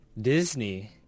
Disney